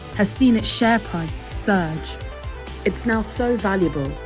has seen its share price surge it's now so valuable,